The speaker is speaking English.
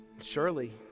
Surely